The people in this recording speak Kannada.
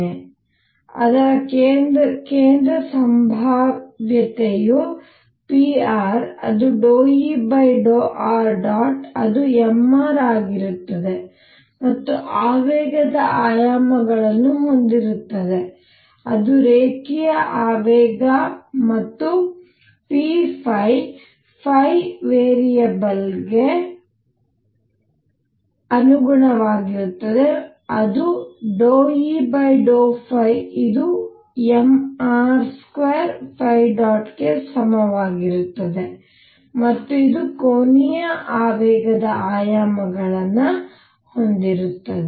ಆದ್ದರಿಂದ ಅದರ ಕೇಂದ್ರ ಸಂಭಾವ್ಯತೆಯು pr ಅದು ∂E∂ṙ ಅದು mr ಆಗಿರುತ್ತದೆ ಮತ್ತು ಆವೇಗದ ಆಯಾಮಗಳನ್ನು ಹೊಂದಿರುತ್ತದೆ ಅದು ರೇಖೀಯ ಆವೇಗ ಮತ್ತು p ವೇರಿಯಬಲ್ ಗೆ ಅನುಗುಣವಾಗಿರುತ್ತದೆ ಅದು ∂E ∂ϕ ಇದು mr2ϕ̇ಗೆ ಸಮವಾಗಿರುತ್ತದೆ ಮತ್ತು ಇದು ಕೋನೀಯ ಆವೇಗದ ಆಯಾಮಗಳನ್ನು ಹೊಂದಿರುತ್ತದೆ